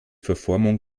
verformung